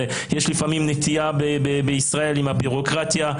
יש לפעמים נטייה בישראל לביורוקרטיה,